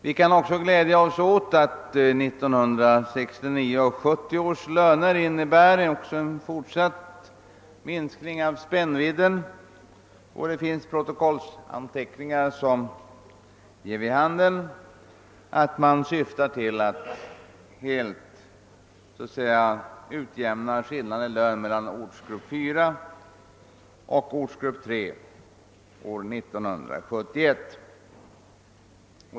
Vi kan också glädja oss åt att 1969 och 1970 års löner innebär en fortsatt minskning av spännvidden, och det finns protokollsanteckningar som ger vid handen att man syftar till att helt utjämna skillnaden i lön mellan ortsgrupp 4 och ortsgrupp 3 år 1971.